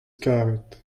karet